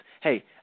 hey